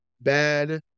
bad